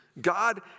God